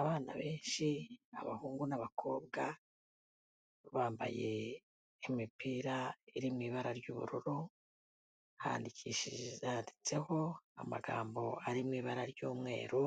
Abana benshi abahungu n'abakobwa, bambaye imipira iri mu ibara ry'ubururu handitseho amagambo arimo ibara ry'umweru,